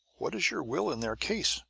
what is your will in their case?